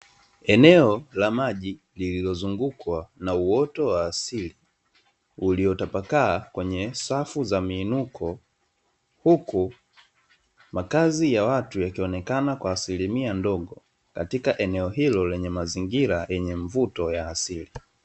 Eneo la maji lililozungukwa na uoto wa asili, ulio tapakaa kwenye safu za miinuko, huku makazi ya watu yakionekana kwa asilimia ndogo, katika eneo hilo lenye mazingira yenye mvuto ya asili.